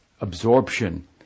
absorption